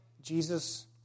Jesus